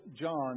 John